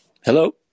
Hello